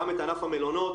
גם את ענף המלונות,